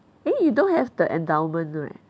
eh you don't have the endowment right